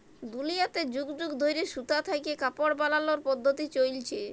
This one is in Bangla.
দুলিয়াতে যুগ যুগ ধইরে সুতা থ্যাইকে কাপড় বালালর পদ্ধতি চইলছে